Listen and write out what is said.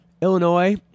Illinois